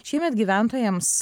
šiemet gyventojams